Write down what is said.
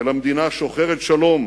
אלא מדינה שוחרת שלום,